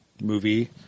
movie